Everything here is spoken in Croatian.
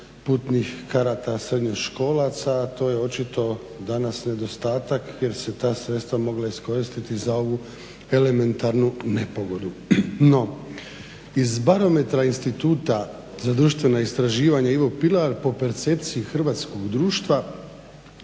putnih karata srednjoškolaca, a to je očito danas nedostatak jer su se ta sredstva mogla iskoristiti za ovu elementarnu nepogodu. No, iz barometra Instituta za društvena istraživanja "Ivo Pilar" po percepciji hrvatskog društva